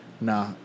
Nah